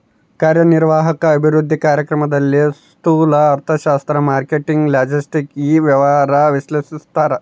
ಕಾರ್ಯನಿರ್ವಾಹಕ ಅಭಿವೃದ್ಧಿ ಕಾರ್ಯಕ್ರಮದಲ್ಲಿ ಸ್ತೂಲ ಅರ್ಥಶಾಸ್ತ್ರ ಮಾರ್ಕೆಟಿಂಗ್ ಲಾಜೆಸ್ಟಿಕ್ ಇ ವ್ಯವಹಾರ ವಿಶ್ಲೇಷಿಸ್ತಾರ